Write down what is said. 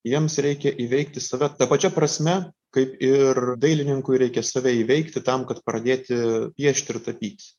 jiems reikia įveikti save ta pačia prasme kaip ir dailininkui reikia save įveikti tam kad pradėti piešti ir tapyt